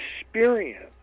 experience